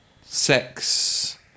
sex